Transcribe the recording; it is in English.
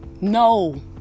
No